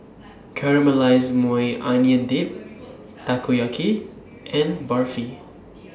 Caramelized Maui Onion Dip Takoyaki and Barfi